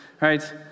right